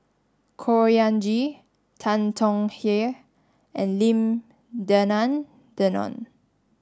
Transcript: Khor Ean Ghee Tan Tong Hye and Lim Denan Denon